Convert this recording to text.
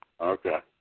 Okay